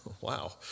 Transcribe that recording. Wow